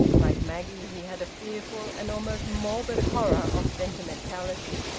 like maggie he had a fearful, an almost morbid, horror of sentimentality.